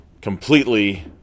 completely